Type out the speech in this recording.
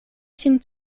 sin